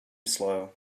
slow